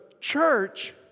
church